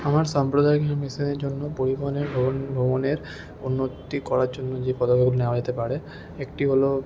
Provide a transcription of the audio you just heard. আমার সম্প্রদায়ের জন্য পরিবহনের ও ভ্রমণের উন্নতি করার জন্য যে পদক্ষেপ নেওয়া যেতে পারে একটি হলো